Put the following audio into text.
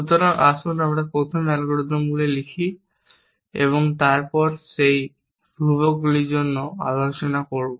সুতরাং আসুন আমরা প্রথমে অ্যালগরিদমগুলি লিখি এবং তারপর সেই ধ্রুবকগুলির জন্য আলোচনা করব